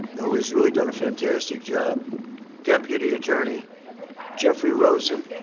who has really done a fantastic job deputy attorney jeffrey rosen.